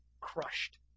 crushed